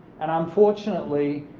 and unfortunately,